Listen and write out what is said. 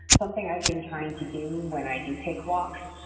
something i've been trying to do when i do take walks.